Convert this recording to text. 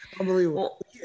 Unbelievable